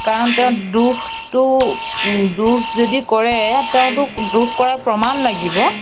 কাৰণ তেওঁ দোষটো দোষ যদি কৰে তেওঁটো দোষ কৰাৰ প্ৰমাণ লাগিব